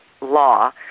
law